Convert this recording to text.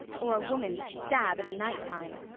or a woman stab in a night-time.